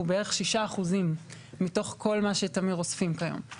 הוא בערך 6% מתוך כל מה שתמיר אוספים כיום.